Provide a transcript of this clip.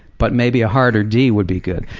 but maybe a harder d would be good,